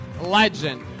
Legend